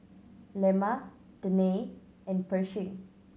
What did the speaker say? Lemma Danae and Pershing